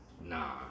Nah